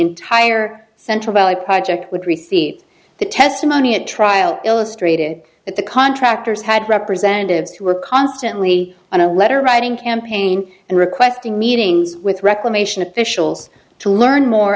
entire central valley project would receive the testimony at trial illustrated that the contractors had representatives who were constantly on a letter writing campaign and requesting meetings with reclamation officials to learn more